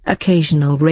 Occasional